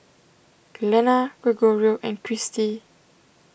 Glenna Gregorio and Christi